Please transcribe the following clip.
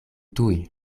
tuj